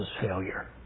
failure